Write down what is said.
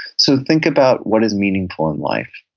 so think about what is meaningful in life,